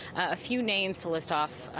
a few names to list off,